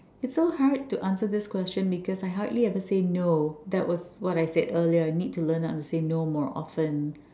it's so hard to answer this question because I hardly ever said no that was what I said earlier need to know how to say no more often